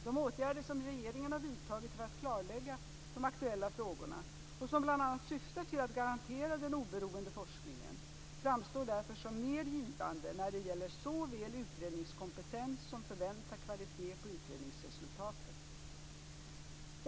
De åtgärder som regeringen har vidtagit för att klarlägga de aktuella frågorna - och som bl.a. syftar till att garantera den oberoende forskningen - framstår därför som mer givande när det gäller såväl utredningskompetens som förväntad kvalitet på utredningsresultatet.